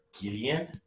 Gideon